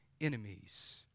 enemies